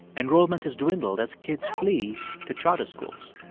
enrollment has dwindled as kids flee to charter schools.